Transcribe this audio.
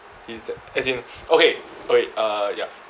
he's th~ as in okay okay uh ya